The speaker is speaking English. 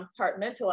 compartmentalize